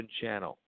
channel